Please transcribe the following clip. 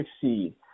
succeed